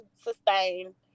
sustain